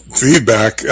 feedback